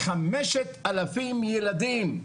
לחמשת אלפים ילדים,